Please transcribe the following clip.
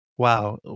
Wow